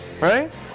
Right